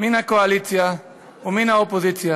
מן הקואליציה ומן האופוזיציה,